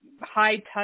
high-touch